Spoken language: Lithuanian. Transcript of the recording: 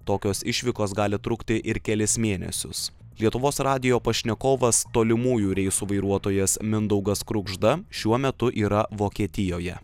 tokios išvykos gali trukti ir kelis mėnesius lietuvos radijo pašnekovas tolimųjų reisų vairuotojas mindaugas krugžda šiuo metu yra vokietijoje